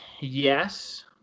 yes